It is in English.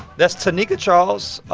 that's tanika charles,